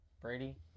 Brady